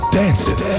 dancing